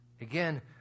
Again